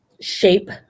shape